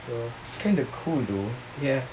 it's kinda cool though